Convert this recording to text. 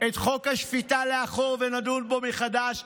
את חוק השפיטה לאחור ונדון בו מחדש,